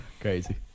Crazy